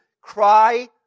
cry